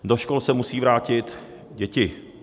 Do škol se musí vrátit děti.